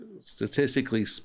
statistically